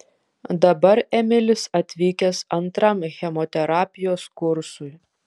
dabar emilis atvykęs antram chemoterapijos kursui